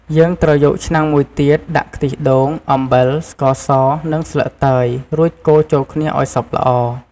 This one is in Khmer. យើងត្រូវយកឆ្នាំងមួយទៀត ដាក់ខ្ទិះដូង អំបិល ស្ករស និងស្លឹកតើយ រួចកូរចូលគ្នាឱ្យសព្វល្អ។